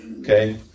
Okay